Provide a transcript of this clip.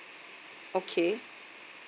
okay